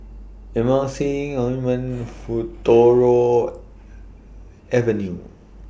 Emulsying Ointment Futuro Avenue